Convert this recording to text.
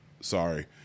sorry